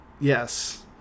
yes